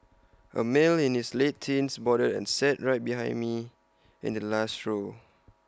A male in his late teens boarded and sat right behind me in the last row